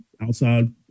outside